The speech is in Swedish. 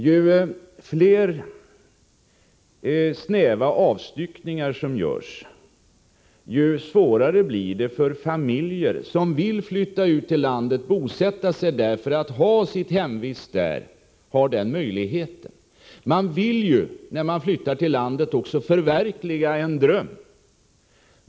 Ju fler snäva avstyckningar som görs, desto svårare blir det i detta avseende för de familjer som vill flytta ut till och bosätta sig på landet för att ha sitt hemvist där. När man flyttar till landet, vill man samtidigt förverkliga en dröm man haft.